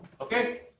Okay